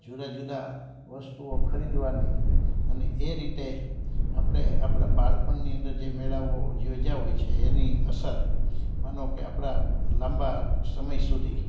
જુદા જુદા વસ્તુઓ ખરીદવાની અને એ રીતે આપણે આપણા બાળપણની અંદર જે મેળાઓ યોજાયા હોય છે એની અસર માનો કે આપણા લાંબા સમય સુધી